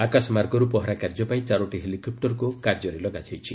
ଆକାଶମାର୍ଗରୁ ପହରା କାର୍ଯ୍ୟ ପାଇଁ ଚାରୋଟି ହେଲିକପୂରକୁ କାର୍ଯ୍ୟରେ ଲଗାଯାଇଛି